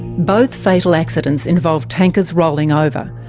both fatal accidents involved tankers rolling over,